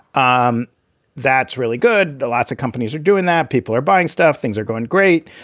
um that's really good. lots of companies are doing that. people are buying stuff. things are going great.